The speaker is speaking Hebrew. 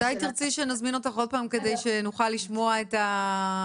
מתי תרצי שנזמין אותך עוד פעם כדי שנוכל לשמוע את התוצאות?